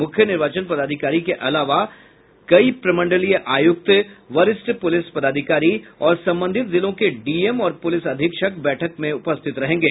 मुख्य निर्वाचन पदाधिकारी के अलावा कई प्रमंडलीय आयुक्त वरिष्ठ पूलिस पदाधिकारी और संबंधित जिलों के डीएम और पुलिस अधीक्षक बैठक में उपस्थित रहेंगे